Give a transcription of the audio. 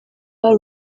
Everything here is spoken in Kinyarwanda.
hari